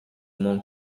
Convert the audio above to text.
monk